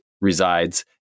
resides